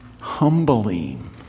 humbling